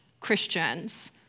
Christians